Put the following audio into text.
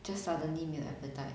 just suddenly 没有 appetite